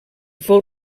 fou